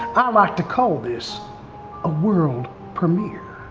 i like to call this a world premiere.